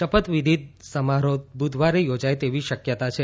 શપથવિધિ સમારોહ બુધવારે યોજાય તેવી શકયતા છે